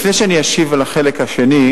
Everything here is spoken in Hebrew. לפני שאני אשיב על החלק השני,